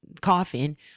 coffin